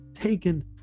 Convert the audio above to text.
taken